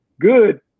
good